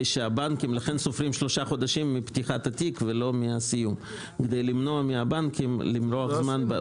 סופרים 3 חודשים מפתיחת התיק ולא מהסיום כדי למנוע מהבנקים למרוח זמן.